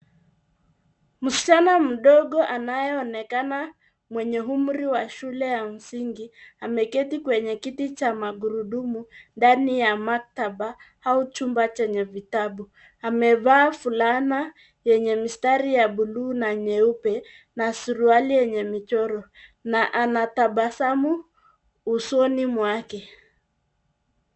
Msichana mdogo anayeonekana mwenye umri wa shule ya msingi ameketi kwenye kiti cha magurudumu ndani ya maktaba au chumba chenye vitabu. Amevaa fulana yenye mistari ya blue na nyeupe na suruali yenye michoro, na anatabasamu usoni mwake.